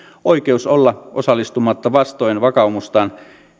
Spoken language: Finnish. oikeus olla osallistumatta vastoin vakaumustaan